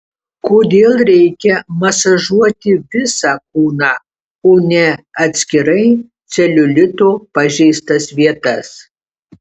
kodėl reikia masažuoti visą kūną o ne atskirai celiulito pažeistas vietas